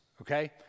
okay